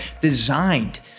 designed